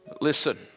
Listen